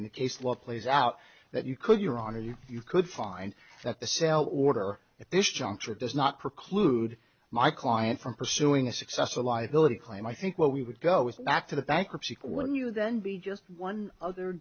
in the case luck plays out that you could your honor you you could find that the sale order issue sure does not preclude my client from pursuing a successful liability claim i think what we would go with back to the bankruptcy court when you then be just one other